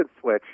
switch